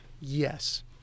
Yes